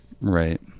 right